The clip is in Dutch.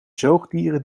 zoogdieren